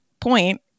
point